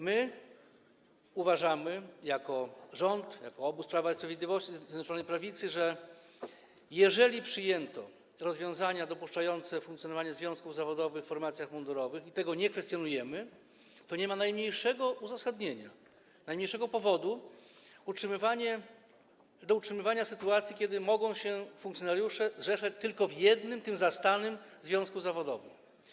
My uważamy jako rząd, jako obóz Prawa i Sprawiedliwości, Zjednoczonej Prawicy, że jeżeli przyjęto rozwiązania dopuszczające funkcjonowanie związków zawodowych w formacjach mundurowych, i tego nie kwestionujemy, to nie ma najmniejszego uzasadnienia, najmniejszego powodu do utrzymywania sytuacji, kiedy mogą się funkcjonariusze zrzeszać tylko w tym jednym zastanym związku zawodowym.